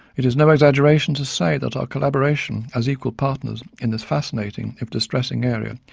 it is no exaggeration to say that our collaboration as equal partners in this fascinating if distressing area,